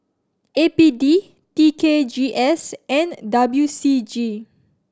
A P D T K G S and W C G